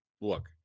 look